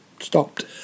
stopped